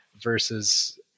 Versus